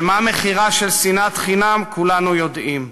ומהו מחירה של שנאת חינם כולנו יודעים.